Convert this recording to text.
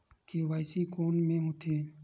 KYC कोन में होथे?